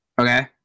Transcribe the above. Okay